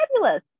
fabulous